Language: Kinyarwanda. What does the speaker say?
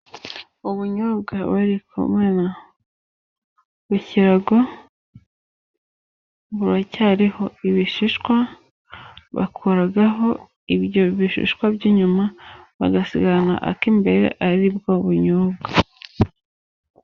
Ubunyobwa bari kumena ku kirago buracyariho ibishishwa, bakuraho ibyo bishishwa by'inyuma bagasirana ak'imbere aribwo bunyobwa.